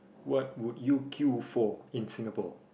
what would you queue for in Singapore